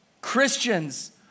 Christians